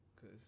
Cause